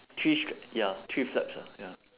three str~ ya three flaps ah ya